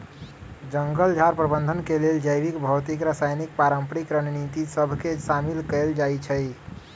जंगल झार प्रबंधन के लेल जैविक, भौतिक, रासायनिक, पारंपरिक रणनीति सभ के शामिल कएल जाइ छइ